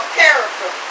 character